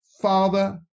Father